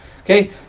okay